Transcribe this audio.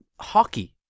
hockey